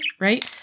right